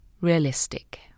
realistic